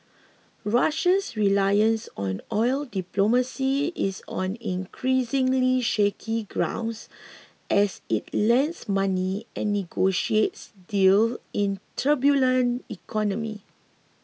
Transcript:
Russia's reliance on oil diplomacy is on increasingly shaky grounds as it lends money and negotiates deal in turbulent economy